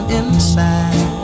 inside